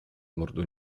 mordu